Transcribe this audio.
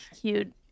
cute